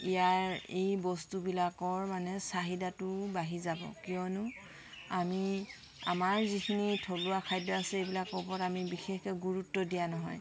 ইয়াৰ এই বস্তুবিলাকৰ মানে চাহিদাটোও বাঢ়ি যাব কিয়নো আমি আমাৰ যিখিনি থলুৱা খাদ্য আছে এইবিলাকৰ ওপৰত আমি বিশেষকৈ গুৰুত্ব দিয়া নহয়